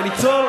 וליצור,